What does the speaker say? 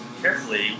carefully